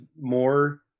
more